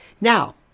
Now